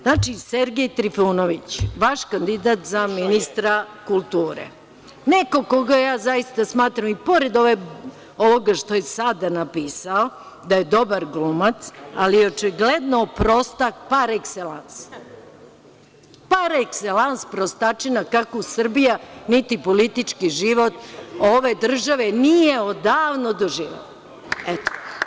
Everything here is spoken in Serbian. Znači, Sergej Trifunović, vaš kandidat za ministra kulture, neko koga ja zaista smatram, i pored ovoga što je sada napisao, da je dobar glumac, ali je očigledno prostak par ekselans, par ekselans prostačina kakvu Srbija, niti politički život ove države nije odavno doživeo.